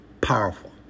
Powerful